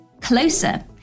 Closer